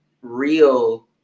real